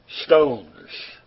stones